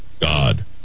God